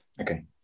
Okay